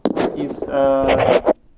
is uh